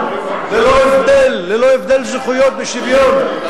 ללא הבדל זכויות ושוויון...